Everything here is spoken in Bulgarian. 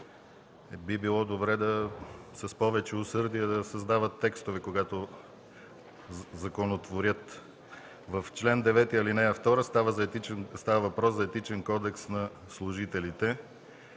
би било добре с повече усърдие да създават текстове, когато законотворят. В чл. 9, ал. 2 става въпрос за Етичен кодекс на служителите.